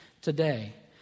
today